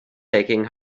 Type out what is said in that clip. aching